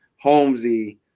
Holmesy